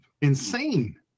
insane